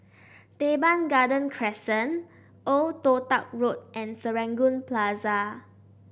Teban Garden Crescent Old Toh Tuck Road and Serangoon Plaza